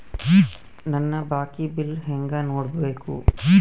ನನ್ನ ಬಾಕಿ ಬಿಲ್ ಹೆಂಗ ನೋಡ್ಬೇಕು?